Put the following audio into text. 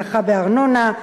הנחה בארנונה,